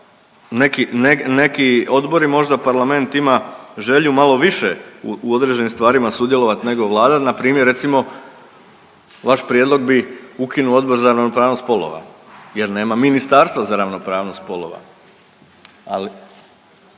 neki odbori možda Parlament ima želju malo više u određenim stvarima sudjelovati nego Vlada. Na primjer recimo vaš prijedlog bi ukinuo Odbor za ravnopravnost spolova, jer nema Ministarstva za ravnopravnost spolova.